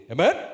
Amen